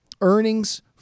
Earnings